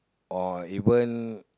or even